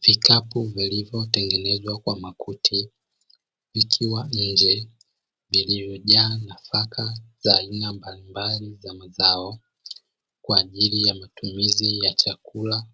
Vikapu vilivotengenezwa kwa makuti, vikiwa nje vilivyojaa nafaka za aina mbalimbali za mazao, kwa ajili ya matumizi ya chakula